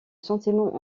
sentiment